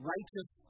Righteous